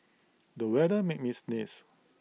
the weather made me sneeze